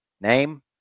name